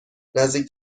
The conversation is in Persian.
نزدیک